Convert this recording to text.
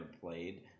played